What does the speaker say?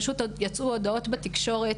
פשוט יצאו הודעות בתקשורת.